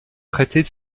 traiter